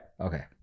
okay